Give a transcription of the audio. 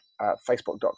facebook.com